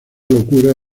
locutora